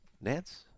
Nance